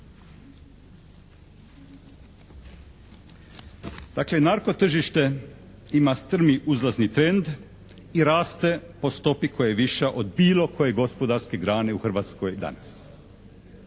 Dakle, narkotržište ima strmi uzlazni trend i raste po stopi koja je viša od bilo koje gospodarske grane u Hrvatskoj danas.